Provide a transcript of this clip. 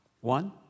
One